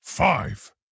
Five